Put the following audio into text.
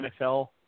NFL